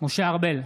משה ארבל,